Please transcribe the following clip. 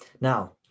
now